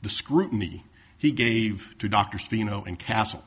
the scrutiny he gave to dr spinola and castle